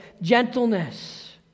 gentleness